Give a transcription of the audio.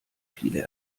viele